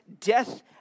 death